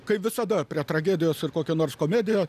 kaip visada prie tragedijos ir kokia nors komedija